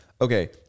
okay